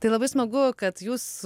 tai labai smagu kad jūs